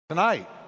Tonight